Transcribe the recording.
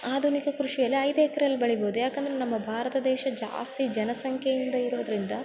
ಆಧುನಿಕ ಕೃಷಿಯಲ್ಲಿ ಐದು ಎಕ್ರೆ ಅಲ್ಲಿ ಬೆಳಿಬೋದು ಯಾಕೆಂದ್ರೆ ನಮ್ಮ ಭಾರತ ದೇಶ ಜಾಸ್ತಿ ಜನ ಸಂಖ್ಯೆಯಿಂದ ಇರೋದರಿಂದ